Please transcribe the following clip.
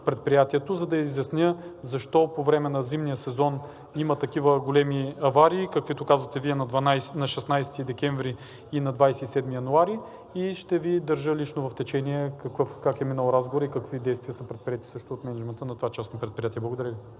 предприятието, за да изясня защо по време на зимния сезон има такива големи аварии, каквито казвате Вие, на 16 декември и на 27 януари. Ще Ви държа лично в течение как е минал разговорът и какви действия са предприети също от мениджмънта на това частно предприятие. Благодаря ви.